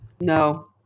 No